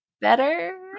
better